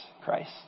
Christ